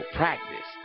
practice